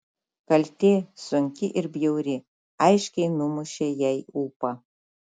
kaltė sunki ir bjauri aiškiai numušė jai ūpą